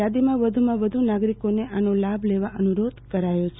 યાદીમાં વધુમાં વધુ નાગરીકોને આનો લાભ લેવા અનુરોધ કર્યો છે